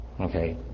Okay